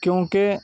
کیونکہ